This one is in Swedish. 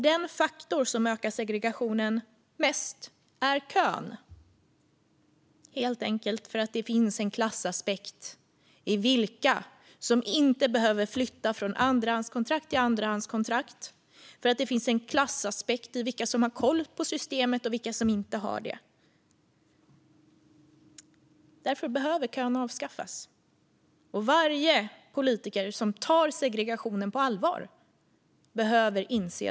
Den faktor som ökar segregationen mest är köer, helt enkelt för att det finns en klassaspekt i vilka som inte behöver flytta från andrahandskontrakt till andrahandskontrakt och för att det finns en klassaspekt i vilka som har koll på systemet och vilka som inte har det. Därför behöver köer avskaffas. Det behöver varje politiker som tar segregationen på allvar inse.